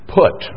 put